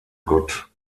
gott